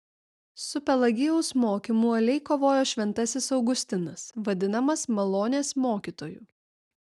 su pelagijaus mokymu uoliai kovojo šventasis augustinas vadinamas malonės mokytoju